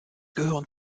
gehören